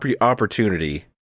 opportunity